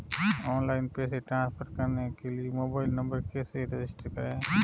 Online पैसे transfer करने के लिए मोबाइल नंबर कैसे रजिस्टर करें?